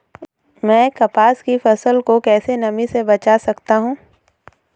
मैं कपास की फसल को कैसे नमी से बचा सकता हूँ?